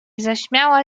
zaśmiała